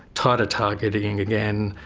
tighter targeting again,